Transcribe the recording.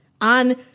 on